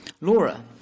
Laura